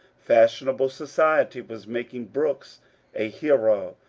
fashionable society was making brooks a hero.